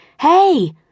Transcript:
hey